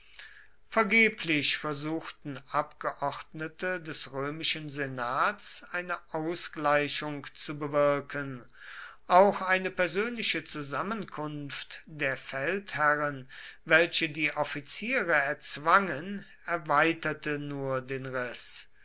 vergeblich versuchten abgeordnete des römischen senats eine ausgleichung zu bewirken auch eine persönliche zusammenkunft der feldherren welche die offiziere erzwangen erweiterte nur den riß